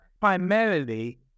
primarily